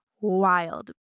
wild